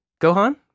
Gohan